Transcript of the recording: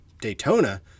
Daytona